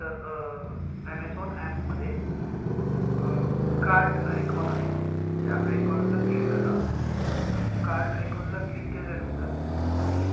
तर ॲमेझॉन ॲपमध्ये cart icon आहे त्या आयकॉनला क्लिक करा तर कार्ट आयकॉनला क्लिक केल्यानंतर